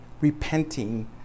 repenting